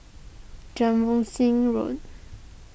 Road